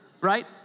right